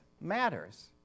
matters